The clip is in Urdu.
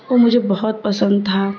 وہ مجھے بہت پسند تھا